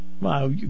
Wow